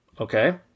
Okay